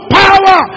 power